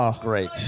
great